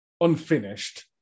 unfinished